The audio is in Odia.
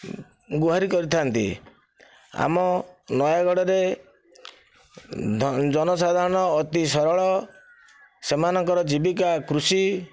ଗୁହାରି କରିଥାନ୍ତି ଆମ ନୟାଗଡ଼ରେ ଜନସାଧାରଣ ଅତି ସରଳ ସେମାନଙ୍କର ଜୀବିକା କୃଷି